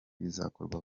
bizakorwa